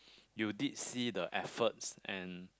you did see the efforts and